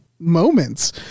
moments